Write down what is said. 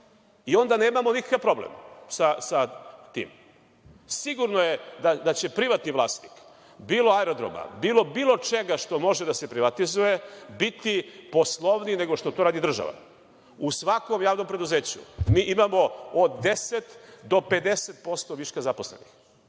i onda nemamo nikakav problem sa tim. Sigurno je da će privatni vlasnik, bilo aerodroma, bilo čega što može da se privatizuje biti poslovniji nego što to radi država. U svakom javnom preduzeću mi imamo od 10 do 50% viška zaposlenih